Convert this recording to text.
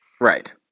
Right